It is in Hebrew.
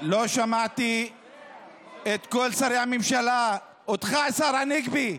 את כל שרי הממשלה, אותך, השר הנגבי: